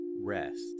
Rest